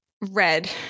red